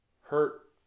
hurt